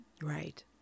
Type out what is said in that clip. Right